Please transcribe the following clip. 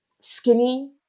skinny